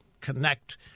connect